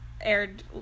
aired